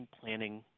planning